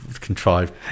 contrived